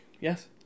Yes